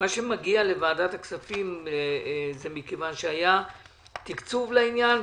מה שמגיע לוועדת הכספים מכיוון שהיה תקצוב לעניין,